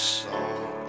song